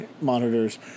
monitors